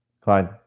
Clyde